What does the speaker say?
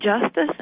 justice